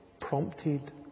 prompted